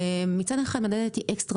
מצד אחד מדדתי XS,